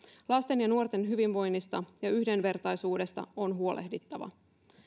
lasten ja nuorten hyvinvoinnista ja yhdenvertaisuudesta on huolehdittava